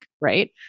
right